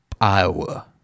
Iowa